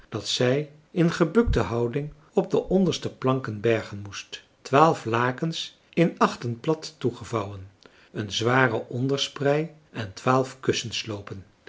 dat zij in gebukte houding op de onderste planken bergen moest twaalf lakens in achten plat toegevouwen een zware ondersprei en